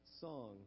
song